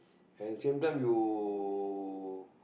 at the same time you